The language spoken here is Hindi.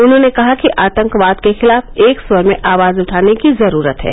उन्होंने कहा कि आंतकवाद के खिलाफ एक स्वर में आवाज उठाने की जरूरत है